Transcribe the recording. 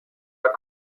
تلفظ